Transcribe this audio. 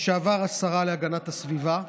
לשעבר השרה להגנת הסביבה,